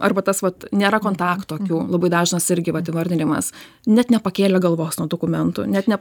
arba tas vat nėra kontakto akių labai dažnas irgi vat įvardinimas net nepakėlė galvos nuo dokumentų net ne